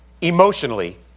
emotionally